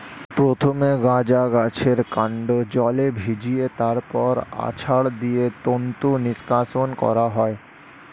প্রথমে গাঁজা গাছের কান্ড জলে ভিজিয়ে তারপর আছাড় দিয়ে তন্তু নিষ্কাশণ করা হয়